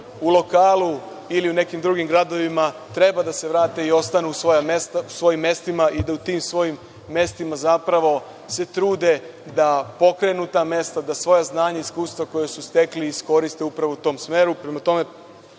u lokalu ili u nekim drugim gradovima, treba da se vrate i ostanu u svojim mestima i da u tim svojim mestima zapravo se trude da pokrenu ta svoja mesta, da svoja znanja i iskustva koja su stekli iskoriste upravo u tom smeru. Prema tome,